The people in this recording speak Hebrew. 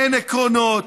אין עקרונות,